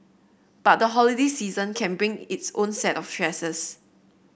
but the holiday season can bring its own set of stresses